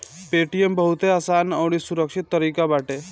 Paytm बहुते आसान अउरी सुरक्षित तरीका बाटे